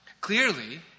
Clearly